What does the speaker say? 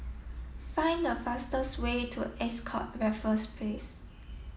find the fastest way to Ascott Raffles Place